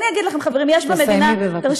אגיד לכם, חברים, יש במדינה, תסיימי, בבקשה.